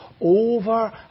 over